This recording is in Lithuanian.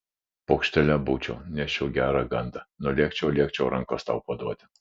paukštelė būčiau neščiau gerą gandą nulėkčiau lėkčiau rankos tau paduoti